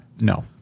no